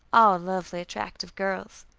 all lovely, attractive girls.